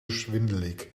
schwindelig